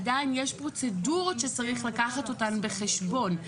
עדיין יש פרוצדורות שצריך לקחת אותן בחשבון.